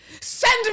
send